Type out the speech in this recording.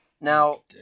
Now